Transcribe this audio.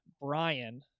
brian